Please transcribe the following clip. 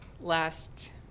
last